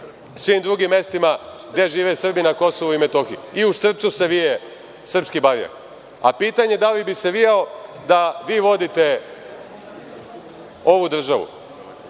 svim drugim mestima gde žive Srbi na KiM, i u Štrpcu se vije srpski barjak, a pitanje da li bi se vio da vi vodite ovu državu